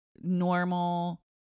normal